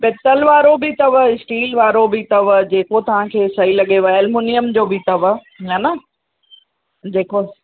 पितल वारो बि अथव इस्टील वारो बि अथव जेको तव्हांखे सही लॻेव एल्मोनियम जो बि अथव हा न जेको